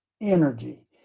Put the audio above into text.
energy